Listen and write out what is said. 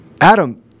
Adam